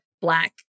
Black